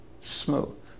smoke